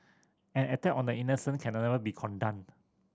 an attack on the innocent can never be condoned